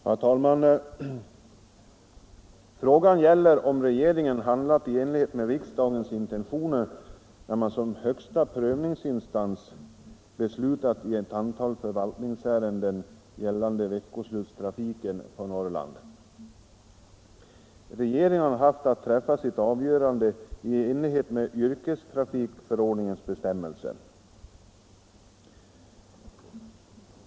Herr talman! Frågan gäller om regeringen handlat i enlighet med riksdagens intentioner när den som högsta prövningsinstans beslutat i ett antal förvaltningsärenden gällande veckoslutstrafik på Norrland. Regeringen har haft att pressa sitt avgörande i enlighet med yrkestrafikförordningens bestämmelser.